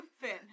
Finn